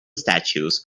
statues